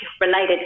related